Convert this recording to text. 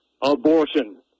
abortion